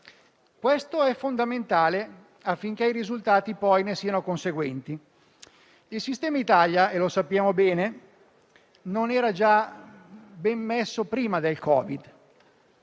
Questo è fondamentale affinché i risultati siano conseguenti. Il sistema Italia - e lo sappiamo bene - non era ben messo già prima del Covid-19.